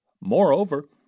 Moreover